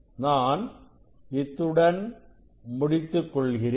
நான் இத்துடன் முடித்துக்கொள்கிறேன்